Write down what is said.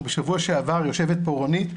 יושבת פה רונית,